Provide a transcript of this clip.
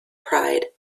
pride